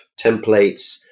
templates